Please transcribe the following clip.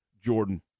Jordan